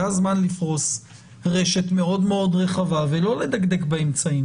זה הזמן לפרוס רשת מאוד מאוד רחבה ולא לדקדק באמצעים.